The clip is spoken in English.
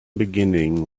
beginning